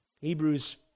Hebrews